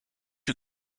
who